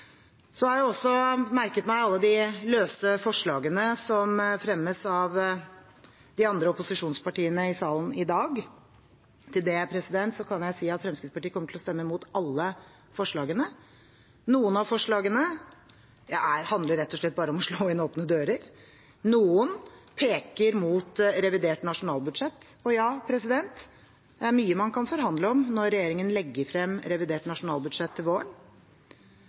har også merket meg alle de løse forslagene som fremmes av de andre opposisjonspartiene i salen i dag. Til det kan jeg si at Fremskrittspartiet kommer til å stemme imot alle forslagene. Noen av forslagene handler rett og slett bare om å slå inn åpne dører, noen peker mot revidert nasjonalbudsjett – og ja, det er mye man kan forhandle om når regjeringen legger frem revidert nasjonalbudsjett til våren.